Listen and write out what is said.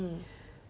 mm